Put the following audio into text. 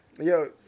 Yo